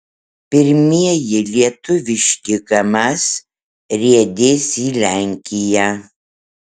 pirmieji lietuviški kamaz riedės į lenkiją